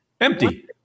Empty